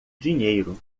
dinheiro